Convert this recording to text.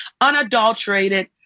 unadulterated